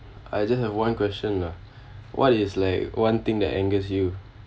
I just have one question lah what is like one thing that angers you